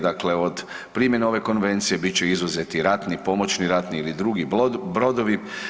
Dakle, od primjene ove konvencije bit će izuzeti ratni, pomoćni ratni ili drugi brodovi.